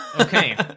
Okay